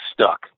stuck